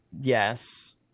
Yes